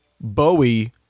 Bowie